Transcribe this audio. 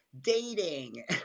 dating